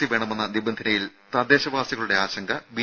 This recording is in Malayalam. സി വേണമെന്ന നിബന്ധനയിൽ തദ്ദേശവാസികളുടെ ആശങ്ക ബി